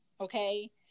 okay